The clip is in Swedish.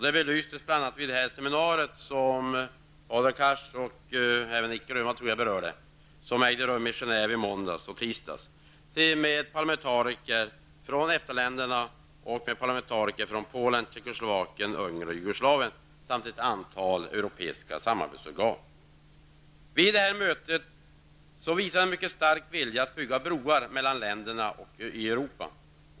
Det belyses bl.a. vid det seminarium som Hadar Cars och Nic Grönvall berörde och som EFTA-ländernas parlamentarikerkommitté genomförde i Genève i måndags och tisdags tillsammans med parlamentariker från Polen, Tjeckoslovakien, Ungern och Jugoslavien samt företrädare för olika europeiska samarbetsorgan. Vid detta möte visades en mycket stark vilja att bygga broar mellan länderna i Europa.